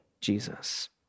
Jesus